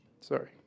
Sorry